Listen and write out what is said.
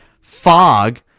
fog